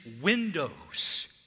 windows